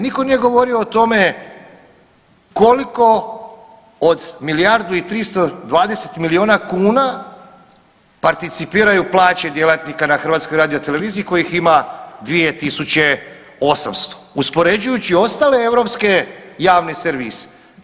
Nitko nije govorio o tome koliko od milijardu i 320 milijuna kuna participiraju plaće djelatnika na HRT-u kojih ima 2800, uspoređujući ostale europske javne servise.